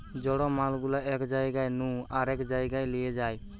জড় মাল গুলা এক জায়গা নু আরেক জায়গায় লিয়ে যায়